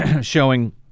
showing